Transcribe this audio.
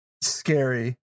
Scary